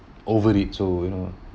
over it so you know